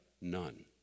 none